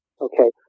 Okay